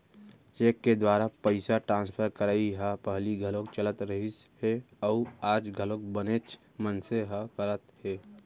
cheque के दुवारा पइसा ट्रांसफर करई ह पहिली घलौक चलत रहिस हे अउ आज घलौ बनेच मनसे ह करत हें